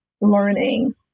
learning